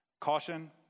Caution